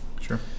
Sure